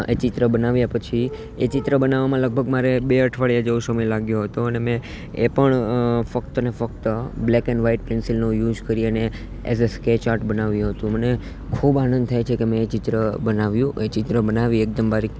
એ ચિત્ર બનાવ્યા પછી એ ચિત્ર બનાવવામાં લગભગ મારે બે અઠવાડિયા જેવો સમય લાગ્યો હતો અને મેં એ પણ ફક્તને ફક્ત બ્લેક એન વાઇટ પેન્સિલનો યુસ કરી અને એઝ અ સ્કેચ આર્ટ બનાવ્યું હતું મને ખૂબ આનંદ થાય છે કે મેં એ ચિત્ર બનાવ્યું એ ચિત્ર બનાવી એકદમ બારીક